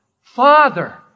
Father